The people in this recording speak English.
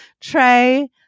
Trey